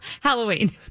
Halloween